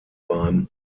beim